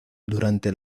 durante